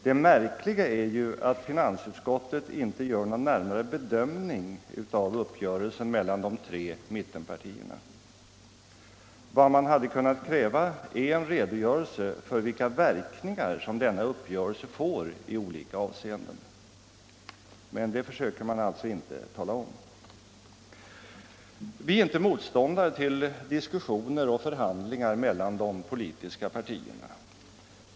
Det märkliga är att finansutskottet inte gör någon närmare bedömning av uppgörelsen mellan de tre mittenpartierna. Vad som hade kunnat krävas är en redogörelse för vilka verkningar som denna uppgörelse får i olika avseenden, men det försöker man alltså inte tala om. Vi är inte motståndare till diskussioner och förhandlingar mellan de politiska partierna.